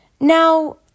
Now